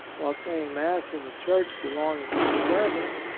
while saying mass in the church belonging to the germans,